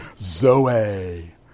Zoe